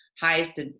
Highest